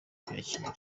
kwiyakira